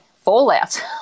fallout